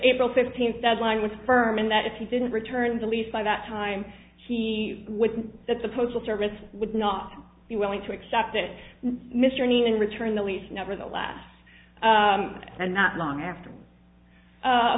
april fifteenth deadline was firm and that if he didn't return the lease by that time he wouldn't that the postal service would not be willing to accept that mr need in return the lease never the last and not long after a